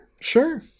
Sure